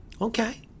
Okay